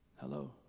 Hello